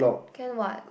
can what